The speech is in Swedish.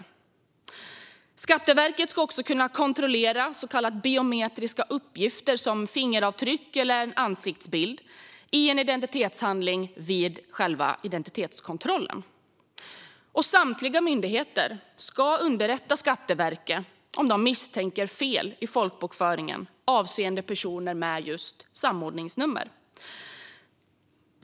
För det tredje ska Skatteverket också kunna kontrollera biometriska uppgifter som fingeravtryck eller ansiktsbild i en identitetshandling vid själva identitetskontrollen. För det fjärde ska samtliga myndigheter underrätta Skatteverket om de misstänker fel i folkbokföringen avseende personer med samordningsnummer.